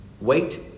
Wait